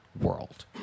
world